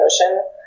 Ocean